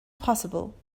possible